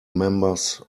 members